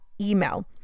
email